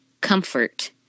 comfort